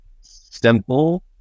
simple